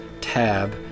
tab